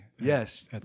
Yes